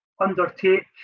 undertake